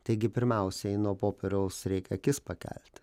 taigi pirmiausiai nuo popieriaus reikia akis pakelti